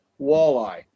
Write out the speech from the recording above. walleye